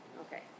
Okay